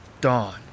Dawn